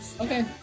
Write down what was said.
Okay